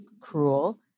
cruel